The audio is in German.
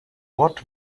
rott